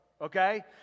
okay